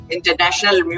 International